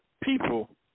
people